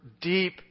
deep